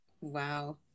Wow